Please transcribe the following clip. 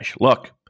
Look